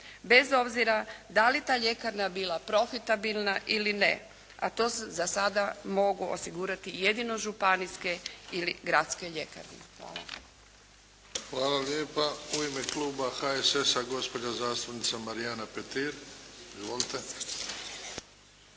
bez obzira da li ta ljekarna bila profitabilna ili ne, a to za sada mogu osigurati jedino županijske ili gradske ljekarne. Hvala. **Bebić, Luka (HDZ)** Hvala lijepa. U ime kluba HSS-a gospođa zastupnica Marijana Petir. Izvolite.